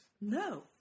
no